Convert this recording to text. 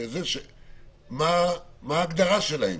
מהי ההגדרה שלהן?